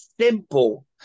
simple